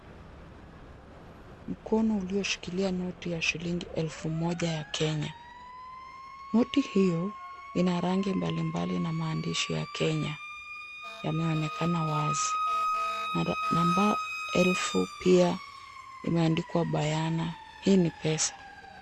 Mkono ulioshikilia noti ya shilingi elfu moja ya Kenya. Noti hiyo ina rangi mbalimbali na maandishi ya Kenya yameonekana wazi. Namba elfu pia imeandikwa bayana, hii ni pesa.